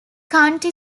county